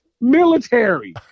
military